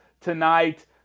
tonight